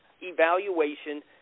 evaluation